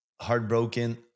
heartbroken